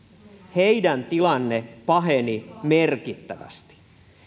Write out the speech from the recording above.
heidän tilanne paheni merkittävästi